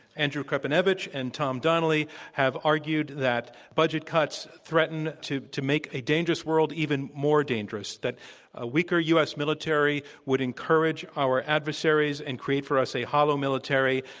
andrew krepinevich and tom donnelly have argued that budget cuts threatened threaten to make a dangerous world even more dangerous, that a weaker u. s. military would encourage our adversaries and create for us a hollow military.